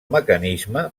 mecanisme